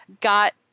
got